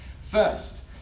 First